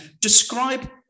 describe